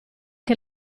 che